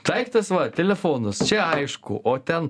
daiktas va telefonas čia aišku o ten